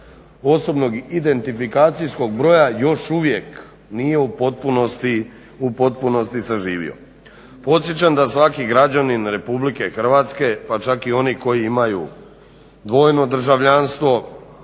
osobnog identifikacijskog broja još uvijek nije u potpunosti saživio. Podsjećam da svaki građanin RH pa čak i oni koji imaju dvojno državljanstvo